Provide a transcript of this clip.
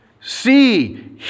See